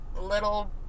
little